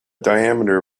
diameter